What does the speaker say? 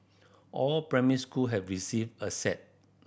all primary school have received a set